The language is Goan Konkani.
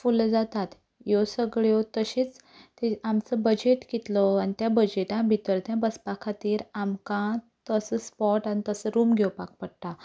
फूल जातात ह्यो सगळ्यो तशेंच आमचो बजट कितलो आनी त्या बजटां भितर तें बसपा खातीर आमकां तसो स्पोट आनी तसो रूम घेवपाक पडटा